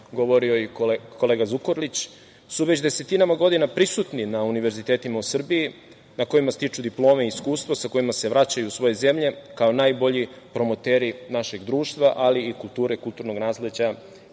govorio i kolega Zukorlić, su već desetinama godinama prisutni na univerzitetima u Srbiji, na kojima stiču diplome i iskustvo, sa kojima se vraćaju u svoje zemlje, kao najbolji promoteri našeg društva, ali i kulture, kulturnog nasleđa